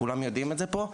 כולם יודעים את זה פה,